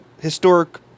historic